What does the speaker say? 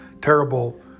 terrible